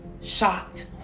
Shocked